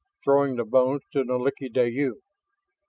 throwing the bones to nalik'ideyu.